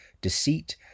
deceit